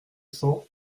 cents